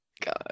god